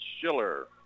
Schiller